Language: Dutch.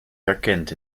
herkent